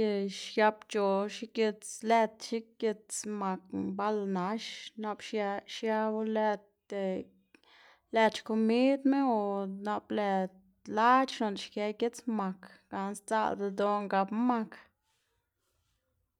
y xiabc̲h̲o xigits lëd xigits makna bal nax nap xia- xiabo lëd lëd xkomidma o nap lëd lac̲h̲ noꞌnda xkë gits mak, gana sdzaꞌlda ldoꞌná gapná mak.